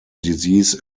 disease